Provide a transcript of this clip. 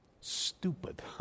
stupid